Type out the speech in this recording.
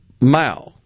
Mao